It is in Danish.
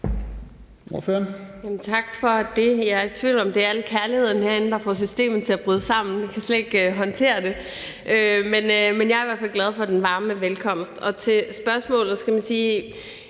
Tak for det. Jeg er i tvivl om, om det er al kærligheden herinde, der får systemet til at bryde sammen; det kan slet ikke håndtere det. Jeg er i hvert fald glad for den varme velkomst. Til spørgsmålet vil jeg sige,